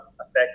affect